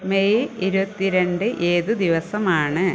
May ഇരുപത്തി രണ്ട് ഏത് ദിവസമാണ്